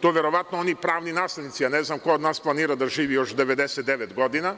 To verovatno oni pravni naslednici, ne znam ko od nas planira da živi još 99 godina,